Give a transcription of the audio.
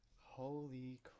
Holy